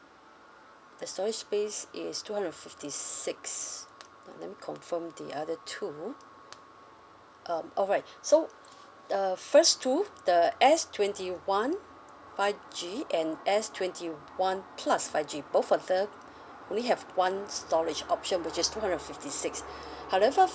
the storage space is two hundred and fifty six now let me confirm the other two um alright so uh first two the S twenty one five G and S twenty one plus five G both of them only have one storage option which is two hundred and fifty six however